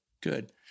good